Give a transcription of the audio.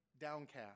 downcast